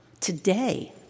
today